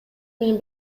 менен